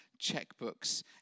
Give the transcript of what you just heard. checkbooks